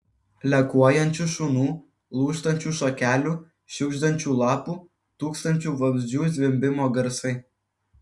lekuojančių šunų lūžtančių šakelių šiugždančių lapų tūkstančių vabzdžių zvimbimo garsai